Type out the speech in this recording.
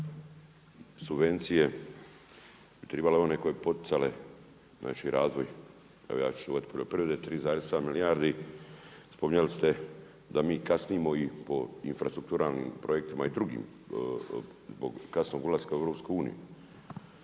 subvencije bi tribalo one koje bi poticale, znači razvoj evo ja ću …/Govornik se ne razumije./… poljoprivrede 3,7 milijardi. Spominjali ste da mi kasnimo i po infrastrukturalnim projektima i drugim zbog kasnog ulaska u EU.